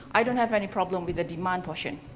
i don't have any problem with the demand portion.